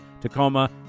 Tacoma